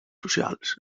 socials